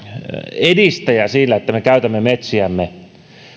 edistäjä sillä että me käytämme metsiämme